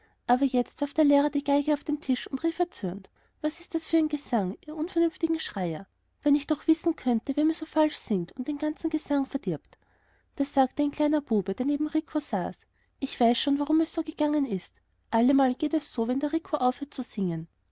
aber jetzt warf der lehrer die geige auf den tisch und rief erzürnt was ist das für ein gesang ihr unvernünftigen schreier wenn ich doch wissen könnte wer mir so falsch singt und einen ganzen gesang verdirbt da sagte ein kleiner bube der neben rico saß ich weiß schon warum es so gegangen ist allemal geht es so wenn der rico aufhört zu singen